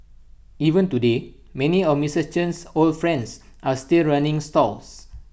even today many of Mister Chen's old friends are still running stalls